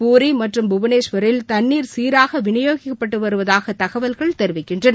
பூரி மற்றும் புவனேஸ்வரில் தண்ணீர் சீராகவிநியோகிக்கப்பட்டுவருவதாகதகவல்கள் தெரிவிக்கின்றன